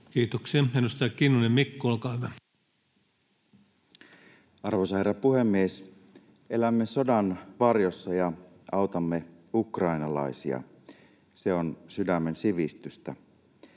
vuodelle 2023 Time: 19:17 Content: Arvoisa herra puhemies! Elämme sodan varjossa ja autamme ukrainalaisia, se on sydämen sivistystä.